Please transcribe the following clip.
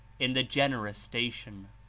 in the generous station.